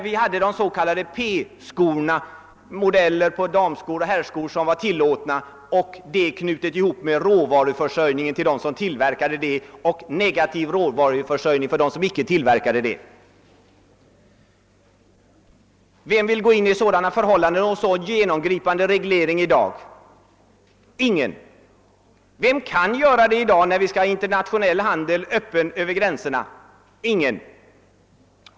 Då fanns de s.k. P-skorna — det var modeller av damskor och herrskor som var tillåtna, och de som tillverkade dessa skor fick råvaror, medan det blev negativ råvaruförsörjning för dem som tillverkade andra modeller. Vem vill gå in i sådana förhållanden och en så genomgripande reglering i dag? Ingen. Vem kan göra det i dag, när vi skall ha internationell handel, öppen över gränserna? Ingen.